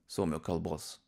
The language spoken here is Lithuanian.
suomių kalbos